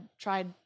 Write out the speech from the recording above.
tried